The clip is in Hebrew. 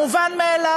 המובן מאליו.